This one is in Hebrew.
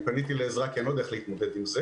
פניתי לעזרה כי אני לא יודע איך להתמודד עם זה